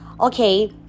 Okay